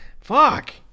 fuck